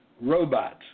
robots